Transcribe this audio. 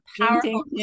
powerful